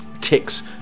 Tick's